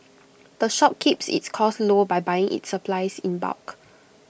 the shop keeps its costs low by buying its supplies in bulk